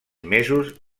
mesos